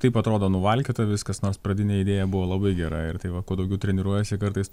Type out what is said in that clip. taip atrodo nuvalkiota viskas nors pradinė idėja buvo labai gera ir tai va kuo daugiau treniruojiesi kartais